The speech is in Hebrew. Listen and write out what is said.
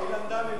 היא למדה ממך.